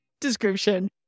description